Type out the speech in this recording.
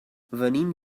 venim